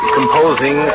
composing